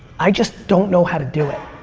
i just don't know how to do it.